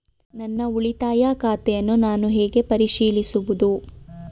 ನನ್ನ ಉಳಿತಾಯ ಖಾತೆಯನ್ನು ನಾನು ಹೇಗೆ ಪರಿಶೀಲಿಸುವುದು?